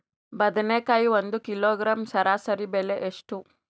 ಬದನೆಕಾಯಿ ಒಂದು ಕಿಲೋಗ್ರಾಂ ಸರಾಸರಿ ಬೆಲೆ ಎಷ್ಟು?